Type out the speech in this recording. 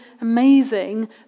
amazing